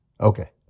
Okay